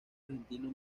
argentino